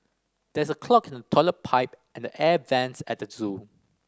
there is a clog in the toilet pipe and the air vents at the zoo